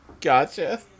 Gotcha